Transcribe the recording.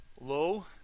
low